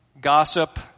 gossip